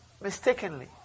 mistakenly